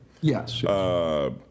Yes